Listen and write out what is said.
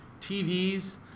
TVs